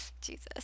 Jesus